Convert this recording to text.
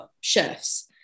chefs